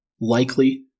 Likely